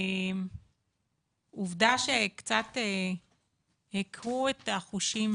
העובדה שקצת הקהו את החושים